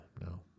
no